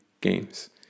games